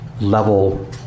level